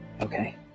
Okay